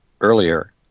earlier